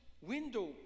window